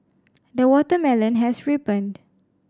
the watermelon has ripened